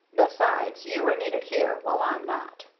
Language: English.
besides, you are needed here, while i'm not.